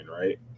right